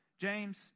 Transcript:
James